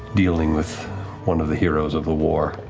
dealing with one of the heroes of the war,